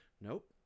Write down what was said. Nope